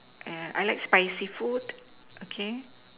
and I like spicy food okay